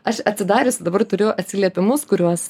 aš atsidariusi dabar turiu atsiliepimus kuriuos